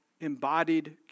Embodied